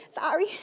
Sorry